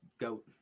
goat